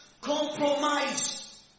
compromise